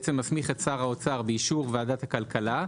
מסמיך את שר האוצר באישור ועדת הכלכלה,